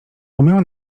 umiał